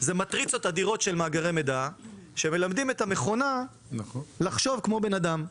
זה מטריצות אדירות של מאגרי מידע שמלמדות את המכונה לחשוב כמו בן אדם.